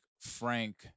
Frank